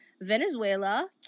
Venezuela